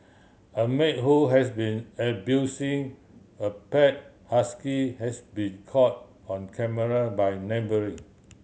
a maid who has been abusing a pet husky has been caught on camera by neighbouring